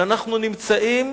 שאנחנו נמצאים